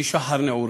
משחר נעורי.